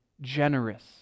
Generous